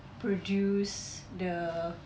produce the